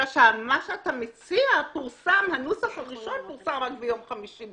אלא שמה שאתה מציע פורסם רק ביום חמישי,